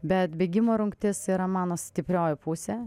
bet bėgimo rungtis yra mano stiprioji pusė